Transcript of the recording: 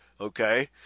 okay